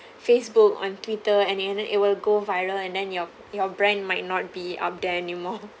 facebook on twitter and then it will go viral and then your your brand might not be up there anymore